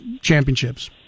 championships